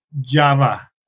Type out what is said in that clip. Java